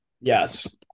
Yes